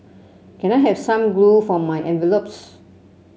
can I have some glue for my envelopes